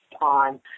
on